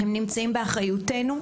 הם נמצאים באחריותנו,